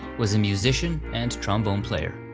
was a musician and trombone player.